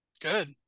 Good